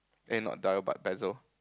eh not dire but Pezzo